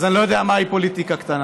אז אני לא יודע מהי פוליטיקה קטנה.